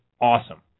awesome